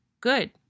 Good